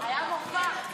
חבריי חברי הכנסת,